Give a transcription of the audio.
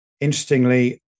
interestingly